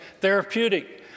Therapeutic